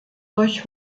durch